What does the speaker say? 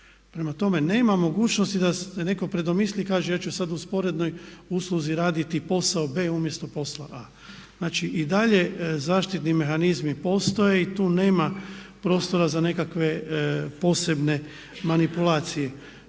Prema tome, nema mogućnosti da se netko predomisli i kaže ja ću sad u sporednoj usluzi raditi posao B umjesto posla A. Znači i dalje zaštitni mehanizmi postoje i tu nema prostora za nekakve posebne manipulacije.